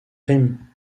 crime